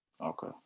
Okay